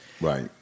Right